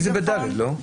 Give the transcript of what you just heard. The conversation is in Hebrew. זה לא טוב.